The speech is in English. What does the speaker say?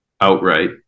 outright